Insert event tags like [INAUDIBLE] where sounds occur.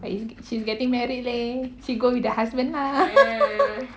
i~ s~ she's getting married leh she go with the husband lah [LAUGHS]